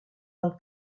del